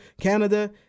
Canada